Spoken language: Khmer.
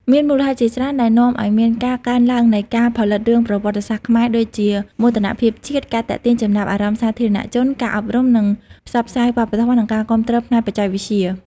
មានមូលហេតុជាច្រើនដែលនាំឲ្យមានការកើនឡើងនៃការផលិតរឿងប្រវត្តិសាស្ត្រខ្មែរដូចជា មោទនភាពជាតិ ការទាក់ទាញចំណាប់អារម្មណ៍សាធារណជន ការអប់រំនិងផ្សព្វផ្សាយវប្បធម៌ និងការគាំទ្រផ្នែកបច្ចេកវិទ្យា។